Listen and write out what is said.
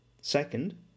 second